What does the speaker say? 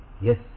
Yes